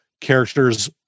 characters